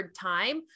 time